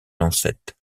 lancette